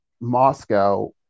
Moscow